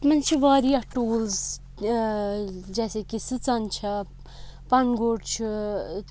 تَتھ منٛز چھِ واریاہ ٹوٗلٕز جیسے کہِ سٕژَن چھےٚ پَن گوٹہٕ چھُ